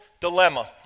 dilemma